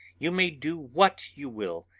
you may do what you will.